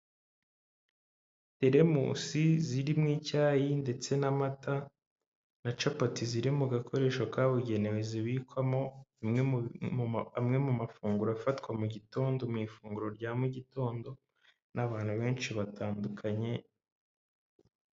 Teremusi ziririmo icyayi ndetse n'amata na capati ziri mu gakoresho kabugenewe, zibikwamo amwe mu mafunguro afatwa mu gitondo mu ifunguro rya mu gitondo n'abantu benshi batandukanye.